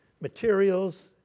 materials